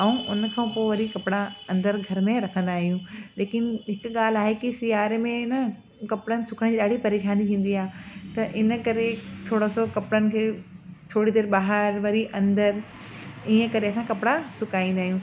ऐं उन खां पोइ वरी कपिड़ा अंदरि घर में रखंदा आहियूं लेकिन हिकु ॻाल्हि आहे सियारे में ऐन कपिड़नि सुकाइण जी ॾाढी परेशानी थींदी आहे त इन करे थोरो सो कपिड़नि खे थोरी देरि बाहिरि वरी अंदरि ईअं करे असां कपिड़ा सुकाईंदा आहियूं